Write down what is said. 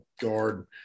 guard